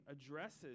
addresses